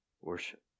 Worship